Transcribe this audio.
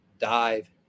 dive